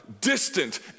distant